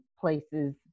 places